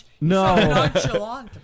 No